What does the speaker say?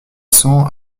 cents